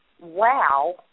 wow